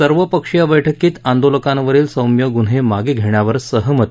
सर्व पक्षीय बैठकीत आंदोलकांवरील सौम्य गुन्हे मागे घेण्यावर सहमती